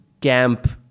camp